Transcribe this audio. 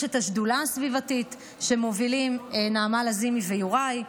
יש את השדולה הסביבתית שמובילים נעמה לזימי ויוראי.